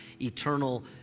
eternal